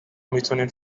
میتونین